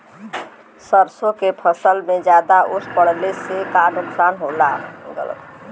सरसों के फसल मे ज्यादा ओस पड़ले से का नुकसान होला?